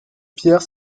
pierres